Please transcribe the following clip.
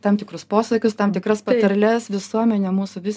tam tikrus posakius tam tikras patarles visuomenė mūsų vis